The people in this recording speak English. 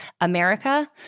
America